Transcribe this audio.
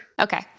Okay